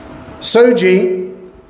Soji